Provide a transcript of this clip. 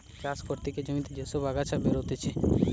চাষ করতে গিয়ে জমিতে যে সব আগাছা বেরতিছে